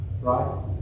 right